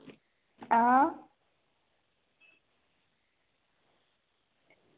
आं